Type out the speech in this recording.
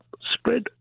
spread